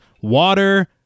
water